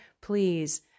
Please